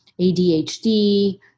ADHD